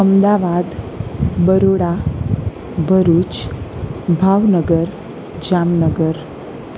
Ahmedabad Baroda Bharuch Bhavnagar Jamnagar